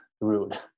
rude